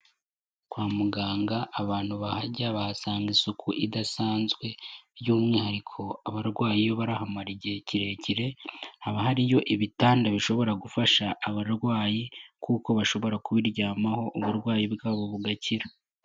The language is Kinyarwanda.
Kwa muganga abantu bahajya bahasanga isuku idasanzwe, by'umwihariko abarwayi iyo barahamara igihe kirekire, haba hariyo ibitanda bishobora gufasha abarwayi kuko bashobora kubiryamaho, uburwayi bwabo bugakira.